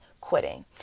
quitting